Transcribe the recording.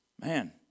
man